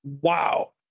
wow